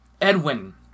Edwin